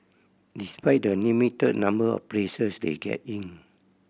despite the limited number of places they get in